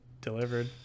delivered